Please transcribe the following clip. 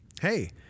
Hey